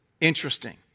Interesting